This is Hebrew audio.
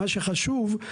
מה שחשוב,